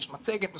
יש מצגת מסודרת,